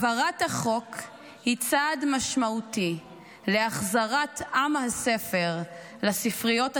זהו צעד משמעותי להחזרת עם הספר לספריות הציבוריות,